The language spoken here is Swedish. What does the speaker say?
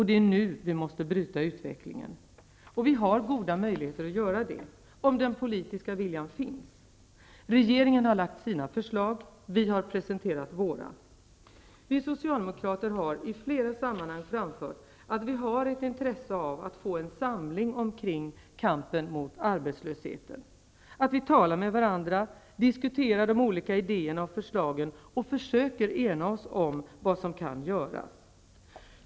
Det är nu vi måste bryta utvecklingen. Och vi har goda möjligheter att göra det -- om den politiska viljan finns. Regeringen har lagt fram sina förslag, vi har presenterat våra. Vi socialdemokrater har i flera sammanhang framfört att vi har ett intresse av att få en samling omkring kampen mot arbetslösheten: att vi talar med varandra, diskuterar de olika idéerna och förslagen och försöker ena oss om vad som kan göras.